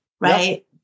right